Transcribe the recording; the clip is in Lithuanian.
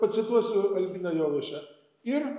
pacituosiu albiną jovaišą ir